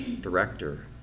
director